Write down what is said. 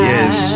Yes